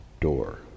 door